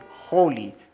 holy